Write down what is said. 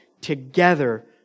together